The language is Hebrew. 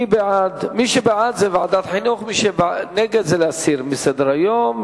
מי שבעד, ועדת חינוך, ומי שנגד, להסיר מסדר-היום.